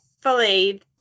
fully